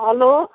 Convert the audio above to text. hello